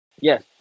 Yes